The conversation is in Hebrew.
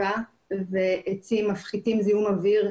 עצים מפחיתים זיהום אוויר,